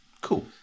Cool